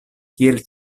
kiel